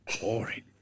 boring